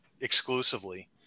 exclusively